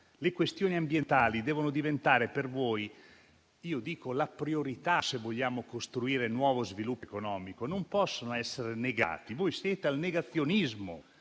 le questioni ambientali devono diventare per voi la priorità, se vogliamo costruire nuovo sviluppo economico, e non possono essere negate. Voi siete al negazionismo